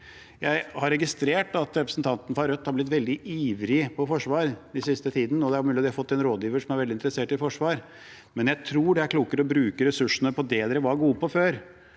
Jeg har registrert at representanten fra Rødt har blitt veldig ivrig på forsvar i den siste tiden, og det er mulig at de har fått en rådgiver som er veldig interessert i forsvar, men jeg tror det er klokere å bruke ressursene på det de var gode på før.